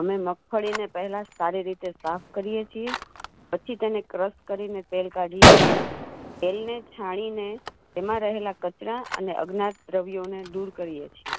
અમે મગફળીને પહેલાં સારી રીતે સાફ કરીએ છીએ પછી તેને ક્રશ કરીને તેલ કાઢીએ છીએ તેલને છાણીને તેમાં રહેલા કચરા અને અજ્ઞાત દ્રવ્યોને દૂર કરીએ છીએ